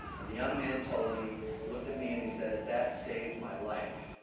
and the young man told me, he looked at me and he said, that saved my life.